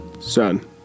son